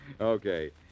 Okay